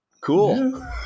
Cool